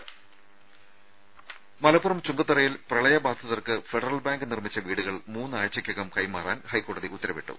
രുമ മലപ്പുറം ചുങ്കത്തറയിൽ പ്രളയബാധിതർക്ക് ഫെഡറൽ ബാങ്ക് നിർമിച്ച വീടുകൾ മൂന്നാഴ്ചയ്ക്കകം കൈമാറാൻ ഹൈക്കോടതി ഉത്തരവിട്ടു